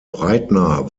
breitner